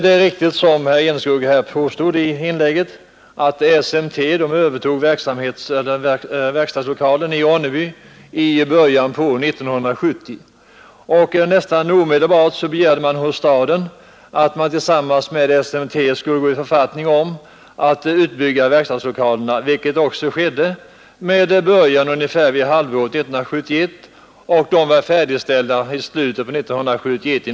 Det är riktigt, som herr Enskog påstod, att SMT övertog verkstadslokalen i Ronneby i början på år 1970. Nästan omedelbart begärde företaget att staden tillsammans med SMT skulle gå i författning om utbyggnad av verkstadslokalerna, vilket också skedde med början ungefär vid halvårsskiftet 1970. Utbyggnaden var färdig i november 1971.